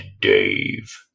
Dave